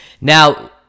Now